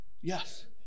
Yes